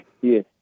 yes